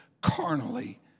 carnally